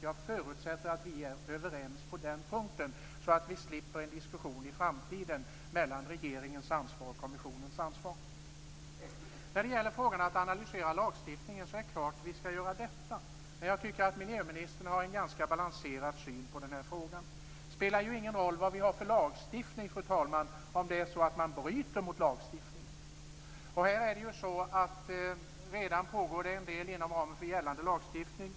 Jag förutsätter att vi är överens på den punkten, så att vi slipper en diskussion i framtiden om regeringens och kommissionens ansvar. I frågan om att analysera lagstiftningen vill jag säga att det är klart att vi skall göra detta. Jag tycker att miljöministern har en ganska balanserad syn på den här frågan. Det spelar ju ingen roll vad vi har för lagstiftning, fru talman, om man bryter mot lagarna. Det pågår redan en del arbete inom ramen för gällande lagstiftning.